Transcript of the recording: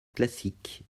classique